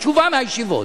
התשובה, מהישיבות.